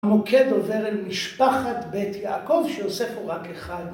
‫המוקד עובר אל משפחת בית יעקב, ‫שיוסף הוא רק אחד.